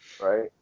Right